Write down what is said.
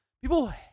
People